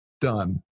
done